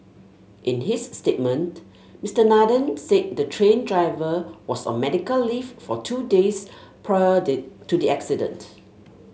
in his statement Mister Nathan said the train driver was on medical leave for two days prior did to the incident